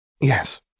Yes